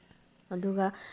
ꯑꯗꯨꯒ